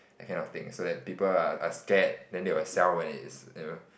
that kind of thing so that people are are scared then they will sell when it's you know